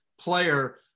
player